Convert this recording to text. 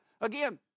Again